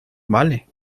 vale